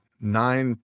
nine